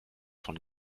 von